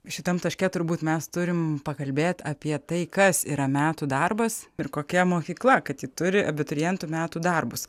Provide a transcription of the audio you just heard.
šitam taške turbūt mes turim pakalbėt apie tai kas yra metų darbas ir kokia mokykla kad ji turi abiturientų metų darbus